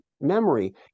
memory